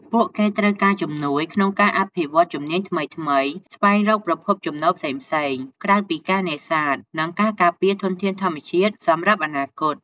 ពួកគេត្រូវការជំនួយក្នុងការអភិវឌ្ឍន៍ ជំនាញថ្មីៗ ស្វែងរក ប្រភពចំណូលផ្សេងៗ ក្រៅពីការនេសាទ និងការការពារធនធានធម្មជាតិ សម្រាប់អនាគត។